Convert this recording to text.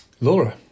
Laura